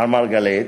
מר מרגלית,